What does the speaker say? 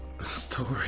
story